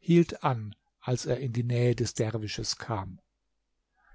hielt an als er in die nähe des derwisches kam